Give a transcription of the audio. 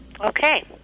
Okay